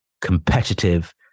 competitive